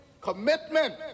commitment